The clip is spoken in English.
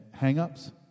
hangups